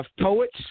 poets